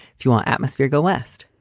fule atmosphere go west.